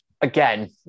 Again